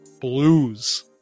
Blues